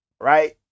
right